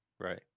Right